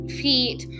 feet